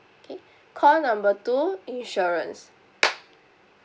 K call number two insurance